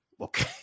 Okay